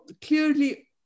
clearly